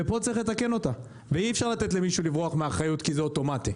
ופה צריך לתקן אותה ואי אפשר לתת למישהו לברוח מאחריות כי זה אוטומטי.